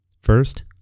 First